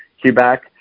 Quebec